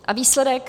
A výsledek?